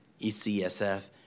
ECSF